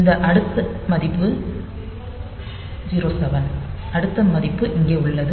இந்த அடுத்த மதிப்பு 07 அடுத்த மதிப்பு இங்கே உள்ளது